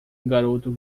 garoto